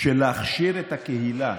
של להכשיר את הקהילה